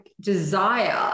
desire